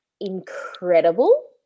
incredible